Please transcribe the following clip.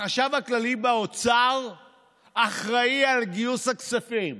החשב הכללי באוצר אחראי על גיוס הכספים.